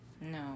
No